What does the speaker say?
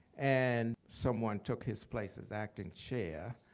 and someone took his place as acting chair.